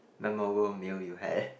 memorable meal you had